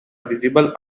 visible